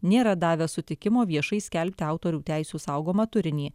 nėra davę sutikimo viešai skelbti autorių teisių saugomą turinį